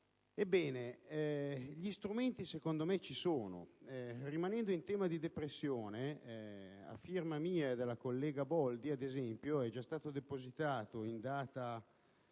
Ebbene, gli strumenti secondo me ci sono. Rimanendo in tema di depressione, a firma mia e della collega Boldi, ad esempio, è stato depositato in data